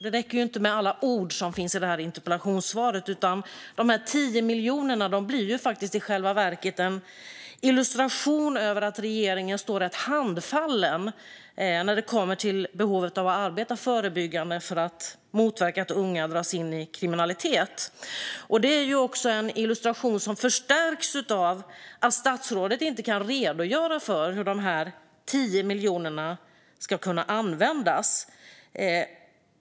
Det räcker inte med alla ord som finns i interpellationssvaret. De här 10 miljonerna blir i själva verket en illustration av att regeringen står rätt handfallen inför behovet av att arbeta förebyggande för att motverka att unga dras in i kriminalitet. Illustrationen förstärks av att statsrådet inte kan redogöra för hur dessa 10 miljoner ska kunna användas.